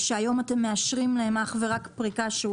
שהיום אתם מאשרים להם אך ורק פריקה של